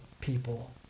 people